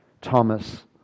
Thomas